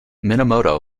minamoto